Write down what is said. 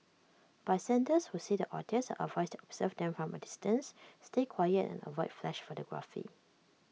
bystanders who see the otters are advised to observe them from A distance stay quiet and avoid flash photography